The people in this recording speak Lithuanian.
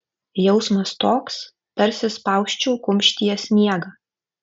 jausmas toks tarsi spausčiau kumštyje sniegą